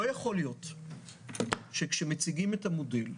לא יכול להיות שכשמציגים את המודל,